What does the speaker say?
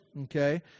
Okay